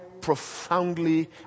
profoundly